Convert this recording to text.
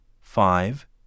five